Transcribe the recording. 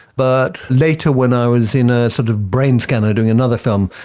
but later when i was in a sort of brain scanner doing another film,